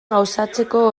gauzatzeko